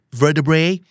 vertebrae